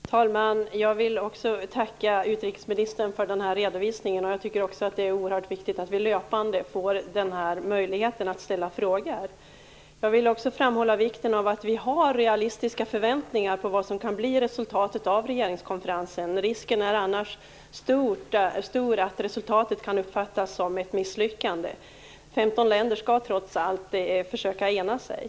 Herr talman! Jag vill också tacka utrikesministern för den här redovisningen. Jag tycker att det är oerhört viktigt att vi löpande har denna möjlighet att ställa frågor. Jag vill framhålla vikten av att vi har realistiska förväntningar på vad som kan bli resultatet av regeringskonferensen. Risken är annars stor att resultatet uppfattas som ett misslyckande. Det är trots allt 15 länder som skall försöka ena sig.